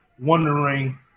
wondering